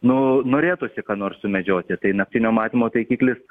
nu norėtųsi ką nors sumedžioti tai naktinio matymo taikiklis